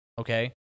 okay